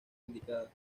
indicadas